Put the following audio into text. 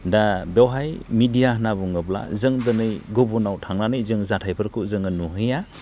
दा बेवहाय मेडिया होनना बुङोब्ला जों दिनै गुबुनाव थांनानै जों जाथायफोरखौ जों नुहैया